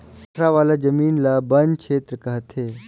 कठरा वाला जमीन ल बन छेत्र कहथें